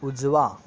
उजवा